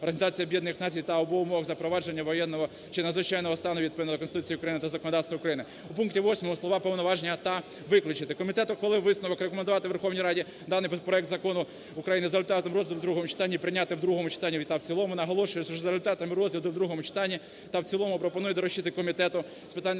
Організації Об'єднаних Націй та/або в умовах запровадження воєнного чи надзвичайного стану відповідно до Конституції України та законодавства України". У пункті 8 слова "повноваження та" виключити. Комітет ухвалив висновок рекомендувати Верховній Раді даний проект Закону України за результатами розгляду в другому читанні прийняти в другому читанні та в цілому. Наголошую, що за результатами розгляду в другому читанні та в цілому пропоную доручити Комітету з питань